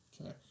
Okay